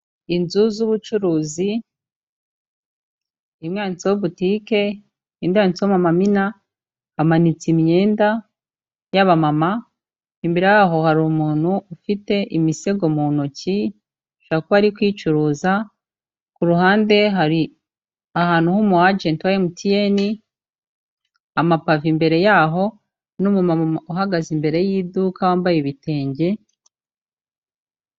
inzu z'ubucuruzi imwe yanditseho botike indi yanditseho mama amina amanitse imyenda y'aba mama imbere yaho hari umuntu ufite imisego mu ntoki ashobora kuba ari kuyicuruza kuruhande hari ahantu h'umu ajenti wa emutiyeni amapave imbere yaho n'umumama uhagaze imbere y'iduka wambaye ibitenge.